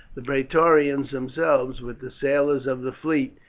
the praetorians themselves, with the sailors of the fleet,